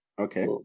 Okay